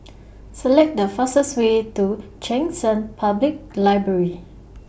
Select The fastest Way to Cheng San Public Library